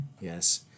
Yes